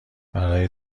برای